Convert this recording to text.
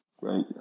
right